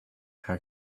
how